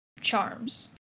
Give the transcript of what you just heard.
charms